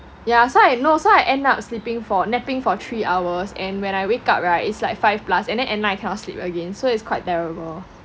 yeah so I know so I end up sleeping for napping for three hours and when I wake up [right] is like five plus and then at night I cannot sleep again so it's quite terrible